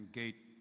gate